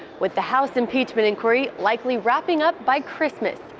with the house impeachment inquiry likely wrapping up by christmas.